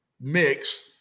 mix